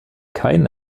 kein